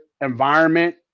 environment